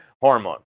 hormone